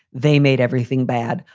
they made everything bad.